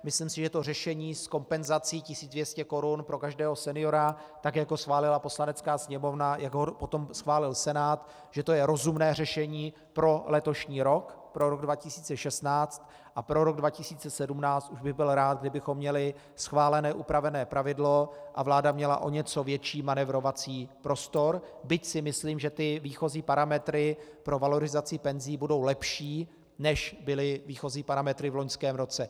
Myslím si, že to řešení s kompenzací 1 200 korun pro každého seniora, tak jak ho schválila Poslanecká sněmovna a jak ho potom schválil Senát, že to je rozumné řešení pro letošní rok, pro rok 2016, a pro rok 2017 už bych byl rád, kdybychom měli schválené upravené pravidlo a vláda měla o něco větší manévrovací prostor, byť si myslím, že výchozí parametry pro valorizaci penzí budou lepší, než byly výchozí parametry v loňském roce.